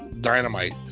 Dynamite